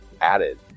added